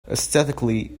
aesthetically